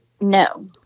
No